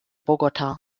bogotá